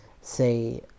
say